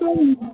சரிங்க மேடம்